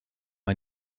man